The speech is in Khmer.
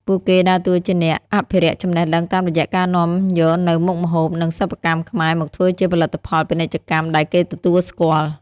ពួកគេដើរតួជាអ្នកអភិរក្សចំណេះដឹងតាមរយៈការនាំយកនូវមុខម្ហូប និងសិប្បកម្មខ្មែរមកធ្វើជាផលិតផលពាណិជ្ជកម្មដែលគេទទួលស្គាល់។